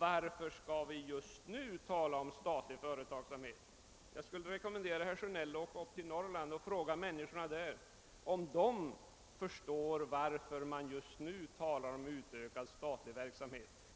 varför vi just nu skall tala om statlig företagsamhet? Jag vill rekommendera herr Sjönell att resa upp till Norrland och fråga människorna där om de förstår varför man just nu talar om en utökad statlig verksamhet.